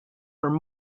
are